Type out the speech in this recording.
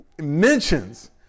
mentions